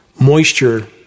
moisture